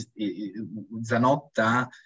Zanotta